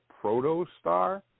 Proto-Star